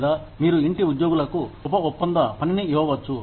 లేదా మీరు ఇంటి ఉద్యోగులకు ఉప ఒప్పంద పనిని ఇవ్వవచ్చు